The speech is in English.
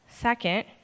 Second